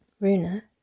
Runa